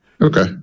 Okay